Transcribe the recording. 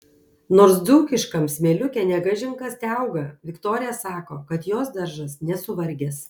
nors dzūkiškam smėliuke ne kažin kas teauga viktorija sako kad jos daržas nesuvargęs